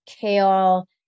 kale